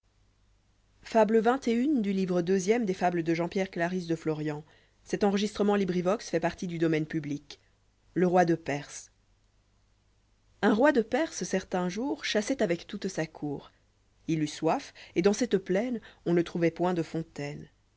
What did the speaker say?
lejr oi dé perse u n roi de perse certain jouf chassoit avec toute sa court h eut soif et dans cette plaine on ne trouvoit point de fontaine